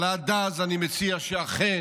אבל עד אז אני מציע שאכן